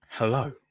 Hello